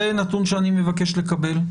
זה נתון שאני מבקש לקבל.